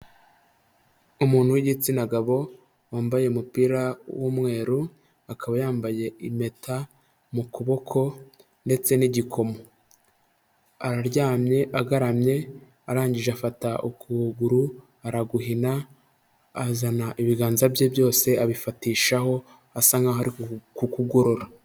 Umuntu w'igitsina gabo wambaye umupira w'umweru, akaba yambaye impeta mu kuboko ndetse n'igikomo, araryamye agaramye arangije afata ukuguru araguhina azana ibiganza bye byose abifatishaho asa nkaho ari kukugorora.